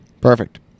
perfect